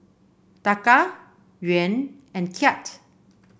Taka Yuan and Kyat